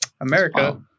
america